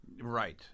Right